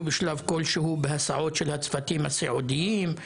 בשלב כלשהו בהסעות של הצוותים הסיעודיים.